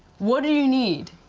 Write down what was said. what do you need?